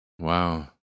Wow